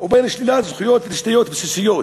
ובין בשלילת זכויות ותשתיות בסיסיות.